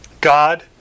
God